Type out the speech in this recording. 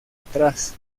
atrás